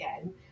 again